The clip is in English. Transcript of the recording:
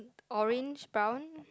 orange brown